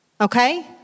okay